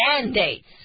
mandates